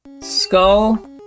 Skull